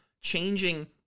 changing